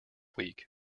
week